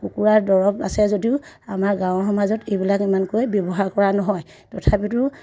কুকুৰাৰ দৰব আছে যদিও আমাৰ গাঁৱৰ সমাজত এইবিলাক ইমানকৈ ব্যৱহাৰ কৰা নহয় তথাপিতো